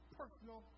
personal